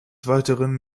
weiteren